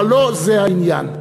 אבל לא זה העניין.